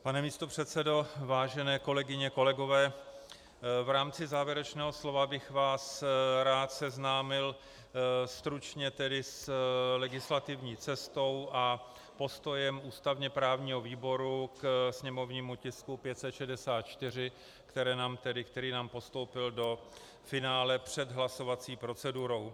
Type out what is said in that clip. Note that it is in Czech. Pane místopředsedo, vážené kolegyně, kolegové, v rámci závěrečného slova bych vás rád seznámil stručně s legislativní cestou a postojem ústavněprávního výboru ke sněmovnímu tisku 564, který nám postoupil do finále před hlasovací procedurou.